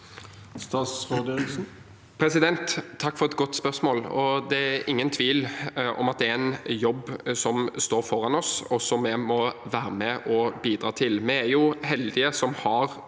Takk for et godt spørsmål. Det er ingen tvil om at det er en jobb som står foran oss, og som vi må være med og bidra til. Vi er heldige som har